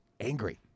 angry